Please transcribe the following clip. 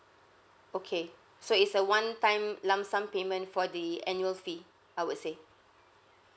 okay so it's a one time lump sum payment for the annual fee I would say